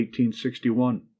1861